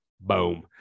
Boom